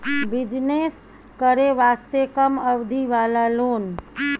Business करे वास्ते कम अवधि वाला लोन?